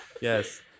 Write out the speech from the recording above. Yes